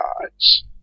gods